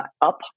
up